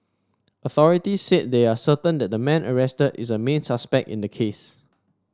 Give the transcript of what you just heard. authorities said they are certain that the man arrested is a main suspect in the case